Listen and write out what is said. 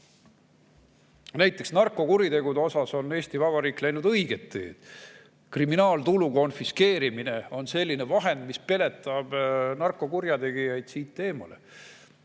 Näiteks narkokuritegude suhtes on Eesti Vabariik läinud õiget teed: kriminaaltulu konfiskeerimine on selline vahend, mis peletab narkokurjategijaid siit eemale.